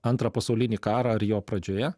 antrą pasaulinį karą ar jo pradžioje